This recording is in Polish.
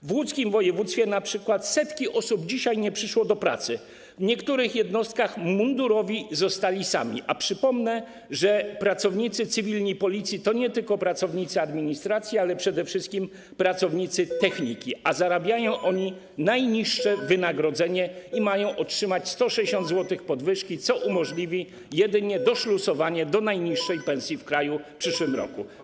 W województwie łódzkim setki osób dzisiaj nie przyszło do pracy, w niektórych jednostkach mundurowi zostali sami, a przypomnę, że pracownicy cywilni Policji to nie tylko pracownicy administracji, ale to przede wszystkim pracownicy techniki, a dostają oni najniższe wynagrodzenie i mają otrzymać 160 zł podwyżki, co umożliwi jedynie doszlusowanie do najniższej pensji w kraju w przyszłym roku.